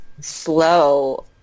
slow